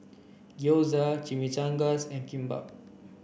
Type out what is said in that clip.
Gyoza Chimichangas and Kimbap